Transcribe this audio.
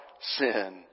sin